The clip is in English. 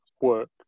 work